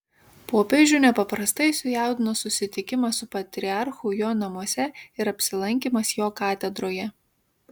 popiežių nepaprastai sujaudino susitikimas su patriarchu jo namuose ir apsilankymas jo katedroje